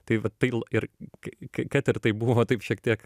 tai va tai l ir kai k kad ir taip buvo taip šiek tiek